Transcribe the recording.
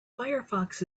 firefox